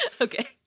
Okay